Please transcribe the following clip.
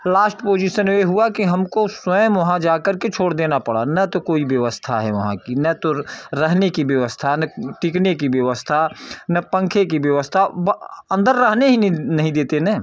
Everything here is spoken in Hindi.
लास्ट पोजीशन में हुआ कि हमको स्वयं वहाँ जाकर के छोड़ देना पड़ा ना तो कोई व्यवस्था है वहाँ की ना तो रहने की व्यवस्था ना टिकने की ना पंखे की व्यवस्था ब अंदर रहने ही नहीं नहीं देते ना